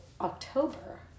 October